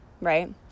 right